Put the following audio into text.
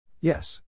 Yes